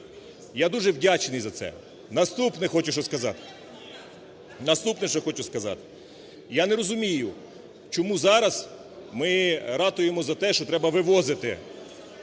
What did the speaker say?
Я дуже вдячний за це. Наступне, що хочу сказати. Я не розумію, чому зараз ми ратуємо за те, що треба вивозити…